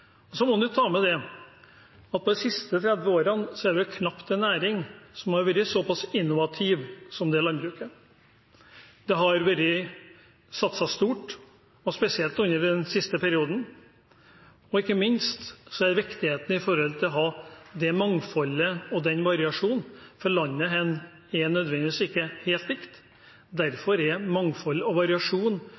Så må vi ta med at de siste 30 årene er det knapt en næring som har vært så pass innovativ som det landbruket er. Det har vært satset stort, spesielt under den siste perioden. Ikke minst er det viktig med mangfold og variasjon, for landet er ikke homogent. Derfor er mangfold og variasjon